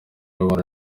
abana